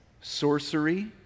sorcery